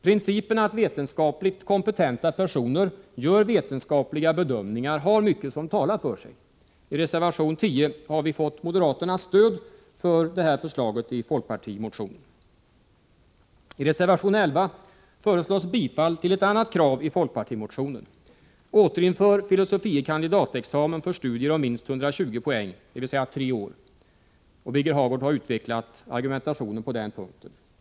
Principen att vetenskapligt kompetenta personer skall göra vetenskapliga bedömningar har mycket som talar för sig. I reservation 10 har vi fått moderaternas stöd för det här förslaget i folkpartimotionen. I reservation 11 föreslås bifall till ett annat krav i folkpartimotionen. Återinför filosofie kandidatexamen för studier om minst 120 poäng, dvs, tre år! Birger Hagård har utvecklat argumentationen på den punkten.